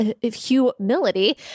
humility